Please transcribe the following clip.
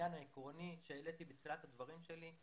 לעניין העקרוני שהעליתי בתחילת הדברים שלי.